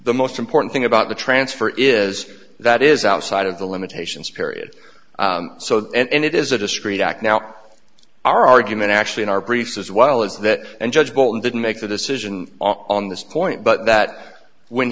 the most important thing about the transfer is that is outside of the limitations period so and it is a discreet act now our argument actually in our briefs as well as that and judge bolton didn't make the decision on this point but that when